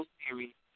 series